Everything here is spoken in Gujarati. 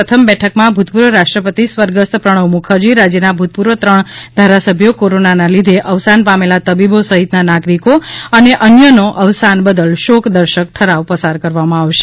પ્રથમ બૈઠ કમાં ભૂતપૂર્વ રાષ્ટ્રપતિ સ્વર્ગસ્થ પ્રણવ મુખરજી રાજ્યના ભૂતપૂર્વ ત્રણ ધારાસભ્યો કોરોનાના લીધે અવસાન પામેલા તબીબો સહિતના નાગરિકો અને અન્યનો અવસાન બદલ શોક દર્શક ઠરાવ પસાર કરવામાં આવશે